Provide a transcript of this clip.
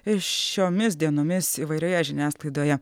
ir šiomis dienomis įvairioje žiniasklaidoje